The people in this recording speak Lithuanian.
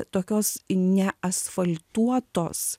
tokios neasfaltuotos